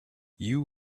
you